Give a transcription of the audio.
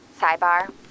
sidebar